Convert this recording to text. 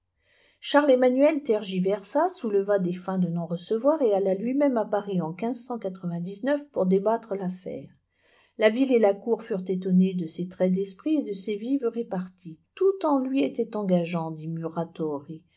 charles emmanuel tergiversa souleva des fins de non-recevoir et alla lui-même à paris en pour débattre l'affaire la ville et la cour furent étonnées de ses traits d'esprit et de ses vives reparties tout en lui était engageant